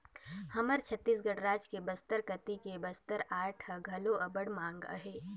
हमर छत्तीसगढ़ राज के बस्तर कती के बस्तर आर्ट ह घलो अब्बड़ मांग अहे